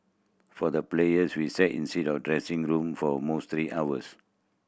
for the players we sat inside of dressing room for almost three hours